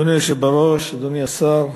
אדוני היושב בראש, אדוני השר,